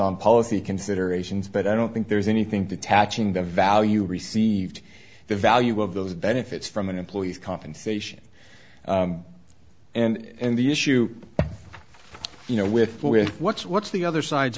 on policy considerations but i don't think there's anything detaching the value received the value of those benefits from an employee's compensation and the issue you know with with what's what's the other side's